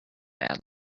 bad